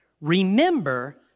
remember